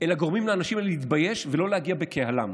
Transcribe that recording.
אלא גורמים לאנשים האלה להתבייש ולא להגיע בקהלם,